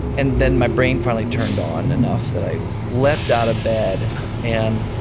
and then my brain finally turned on enough that i leapt out of bed and,